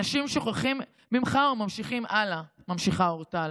אנשים שוכחים ממך וממשיכים הלאה, ממשיבה אורטל.